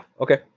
okay